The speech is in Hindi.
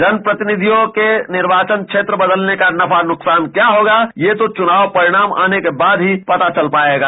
जन प्रतिनिधियों के निर्वाचन क्षेत्र बदलने का नफा नुकसान क्या होगा ये तो चुनाव परिणाम आने के बाद ही पता चल पायेगा